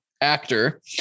actor